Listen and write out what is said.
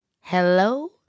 Hello